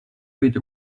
with